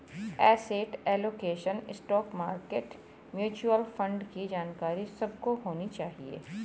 asset allocation, stock market, mutual fund की जानकारी सबको होनी चाहिए